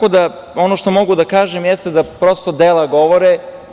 Ono što mogu da kažem jeste da prosto dela govore.